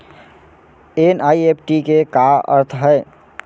NEFT के का अर्थ है?